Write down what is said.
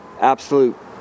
absolute